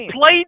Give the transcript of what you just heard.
played